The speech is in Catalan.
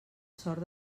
sort